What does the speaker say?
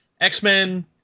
X-Men